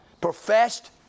professed